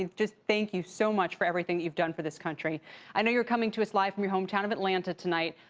just thank you so much for everything that you've done for this country i know you're coming to us live from your hometown of atlanta tonight.